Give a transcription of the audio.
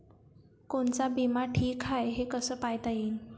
कोनचा बिमा ठीक हाय, हे कस पायता येईन?